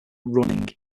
running